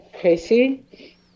crazy